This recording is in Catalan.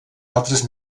altres